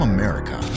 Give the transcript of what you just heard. America